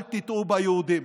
אל תטעו ביהודים.